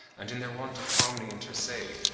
and in their want of harmony inter se,